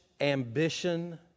ambition